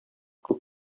күп